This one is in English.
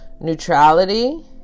Neutrality